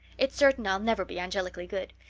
it's certain i'll never be angelically good.